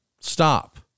Stop